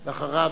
אחריו,